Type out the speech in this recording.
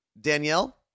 Danielle